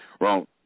wrong